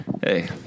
hey